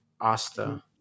Asta